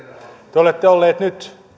te olette ollut nyt